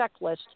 checklist